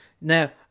now